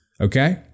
Okay